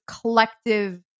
collective